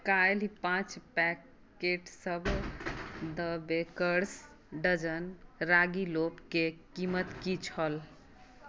काल्हि पाँच पैकेटसभ द बेकर्स डज़न रागी लोफकेँ कीमत की छल